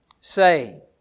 say